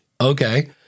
okay